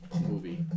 movie